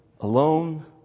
alone